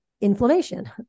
inflammation